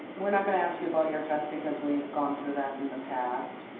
we're not going to ask you about your offense because we've gone through that in the past.